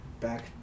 back